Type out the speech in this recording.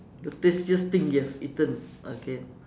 the tastiest thing you have eaten okay